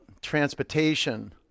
transportation